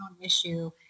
issue